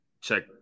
check